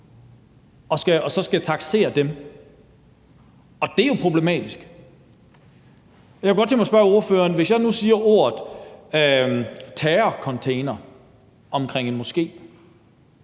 og så skal taksere dem. Og det er jo problematisk. Jeg kunne godt tænke mig at spørge ordføreren om noget. Hvis jeg nu siger ordet terrorcontainer om en moské,